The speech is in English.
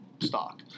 stock